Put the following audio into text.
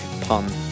pun